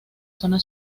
zona